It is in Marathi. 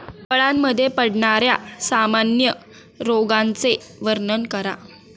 फळांमध्ये पडणाऱ्या सामान्य रोगांचे वर्णन करा